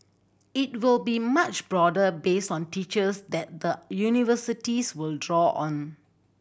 it will be much broader based on teachers that the universities will draw on